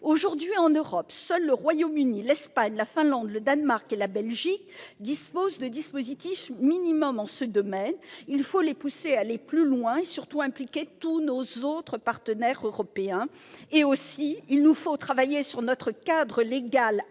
Aujourd'hui, en Europe, seuls le Royaume-Uni, l'Espagne, la Finlande, le Danemark et la Belgique disposent de dispositifs minimums dans ce domaine. Il faut pousser les États à aller plus loin et surtout impliquer tous nos autres partenaires européens. Il faudra aussi travailler sur notre cadre légal interne,